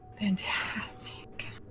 Fantastic